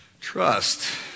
Trust